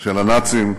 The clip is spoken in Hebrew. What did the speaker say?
של הנאצים,